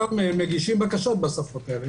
גם מגישים בקשות בשפות האלה.